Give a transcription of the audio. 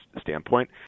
standpoint